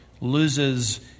loses